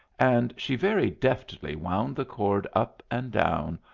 and she very deftly wound the cord up and down,